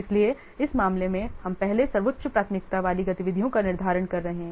इसलिए इस मामले में हम पहले सर्वोच्च प्राथमिकता वाली गतिविधियों का निर्धारण कर रहे हैं